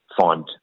find